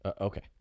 Okay